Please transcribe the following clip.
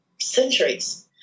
centuries